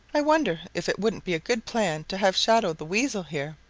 i wonder if it wouldn't be a good plan to have shadow the weasel here.